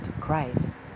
Christ